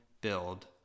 build